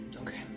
Okay